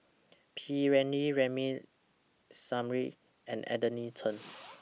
P Ramlee Ramli Sarip and Anthony Chen